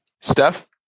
Steph